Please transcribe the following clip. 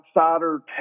Outsider